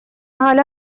حالا